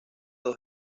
dos